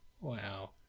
Wow